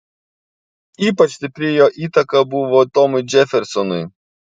ypač stipri jo įtaka buvo tomui džefersonui